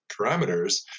parameters